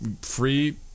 free